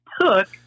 took